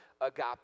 agape